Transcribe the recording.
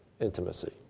intimacy